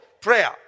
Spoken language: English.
prayer